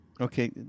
Okay